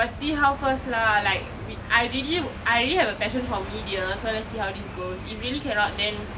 but see how first lah like we I really I really have a passion for media so let's see how this goes if really cannot then